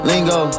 Lingo